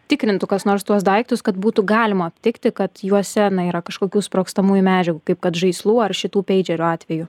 tikrintų kas nors tuos daiktus kad būtų galima aptikti kad juose na yra kažkokių sprogstamųjų medžiagų kaip kad žaislų ar šitų peidžerių atveju